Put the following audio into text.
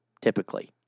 Typically